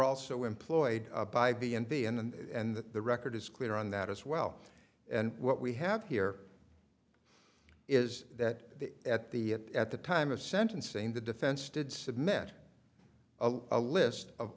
also employed by b and b and that the record is clear on that as well and what we have here is that at the at the time of sentencing the defense did submit a list of